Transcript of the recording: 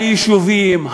היישובים,